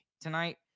tonight